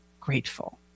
grateful